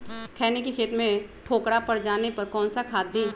खैनी के खेत में ठोकरा पर जाने पर कौन सा खाद दी?